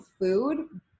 food